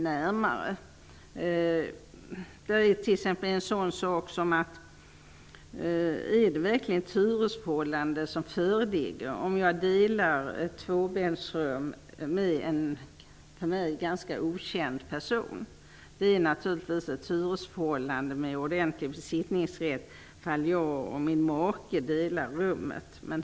Föreligger det t.ex. verkligen ett hyresförhållande om jag får dela ett tvåbäddsrum med en för mig ganska okänd person? Om jag och min make delar rummet, råder naturligtvis ett hyresförhållande med ordentlig besittningsrätt, men hur är det i det första fallet?